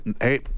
hey